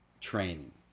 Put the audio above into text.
training